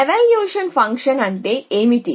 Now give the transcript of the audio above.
evaluation function అంటే ఏమిటి